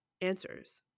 answers